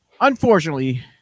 unfortunately